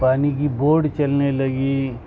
پانی کی بوڈ چلنے لگی